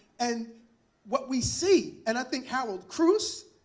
and what we see and i think harold cruse